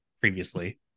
previously